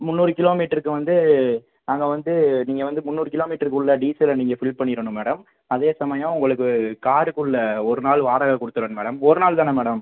முந்நூறு கிலோமீட்டருக்கு வந்து நாங்கள் வந்து நீங்கள் வந்து முந்நூறு கிலோமீட்டருக்கு உள்ள டீசலை நீங்கள் ஃபில் பண்ணிடணும் மேடம் அதே சமயம் உங்களுக்கு காருக்கு உள்ள ஒரு நாள் வாடகை கொடுத்துருங்க மேடம் ஒரு நாள் தானே மேடம்